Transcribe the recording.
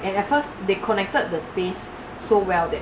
and at first they connected the space so well that